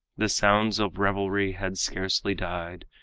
the sounds of revelry had scarcely died,